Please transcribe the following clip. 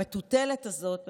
המטוטלת הזאת,